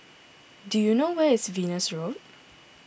do you know where is Venus Road